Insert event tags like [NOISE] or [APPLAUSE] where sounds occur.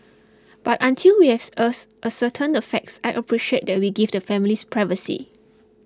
but until we as [UNINTELLIGIBLE] ascertained the facts I appreciate that we give the families privacy